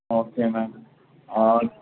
okay ma'am اور